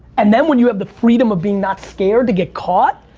and then when you have the freedom of being not scared to get caught,